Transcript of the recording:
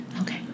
okay